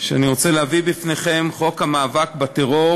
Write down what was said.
שאני רוצה להביא בפניכם, חוק המאבק בטרור,